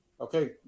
Okay